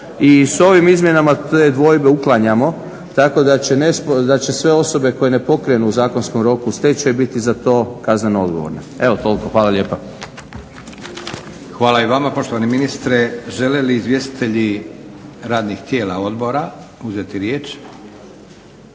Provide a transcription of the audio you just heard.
i s ovim izmjenama te dvojbe uklanjamo tako da će sve osobe koje ne pokrenu u zakonskom roku stečaj biti za to kazneno odgovorne. Evo toliko, hvala lijepa. **Leko, Josip (SDP)** Hvala i vama poštovani ministre. Žele li izvjestitelji radnih tijela odbora uzeti riječ?